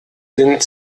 sind